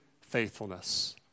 faithfulness